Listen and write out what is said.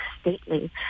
stately